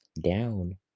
down